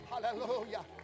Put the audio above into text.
Hallelujah